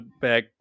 back